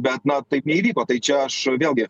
bet na taip neįvyko tai čia aš vėlgi